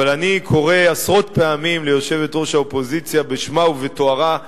אבל אני קורא עשרות פעמים ליושבת-ראש האופוזיציה בשמה ובתוארה המלא.